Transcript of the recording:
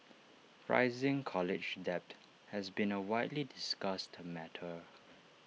rising college debt has been A widely discussed matter